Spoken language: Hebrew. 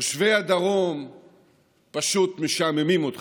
תושבי הדרום פשוט משעממים אותך.